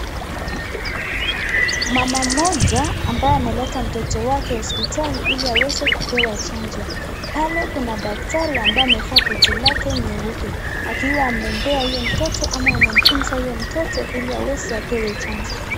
Mama mmoja ambaye ameleta mtoto wake hospitali ili aweze kupewa chanjo. Pale kuna daktari ambaye amevaa koti yake nyeupe ambaye akiwa amempea huyo mtoto au anamfunza huyo mtoto ili aweze apewe chanjo.